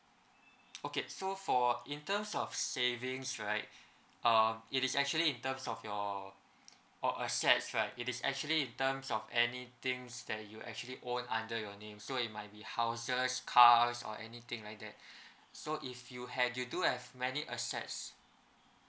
okay so for in terms of savings right um it is actually in terms of your or assets right it is actually in terms of any things that you actually own under your name so it might be houses cars or anything like that so if you had you do have many assets